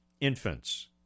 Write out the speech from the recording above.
infants